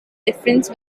difference